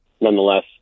nonetheless